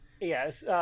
Yes